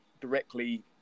directly